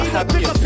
Happy